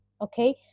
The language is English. okay